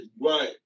right